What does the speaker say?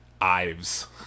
ives